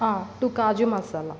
two kaju masala